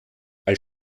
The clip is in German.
als